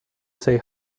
say